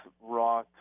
raw